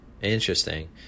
Interesting